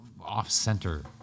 off-center